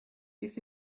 this